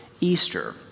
Easter